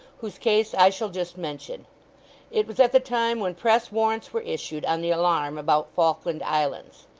whose case i shall just mention it was at the time when press warrants were issued, on the alarm about falkland islands.